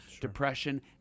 depression